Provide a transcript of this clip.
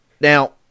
Now